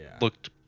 looked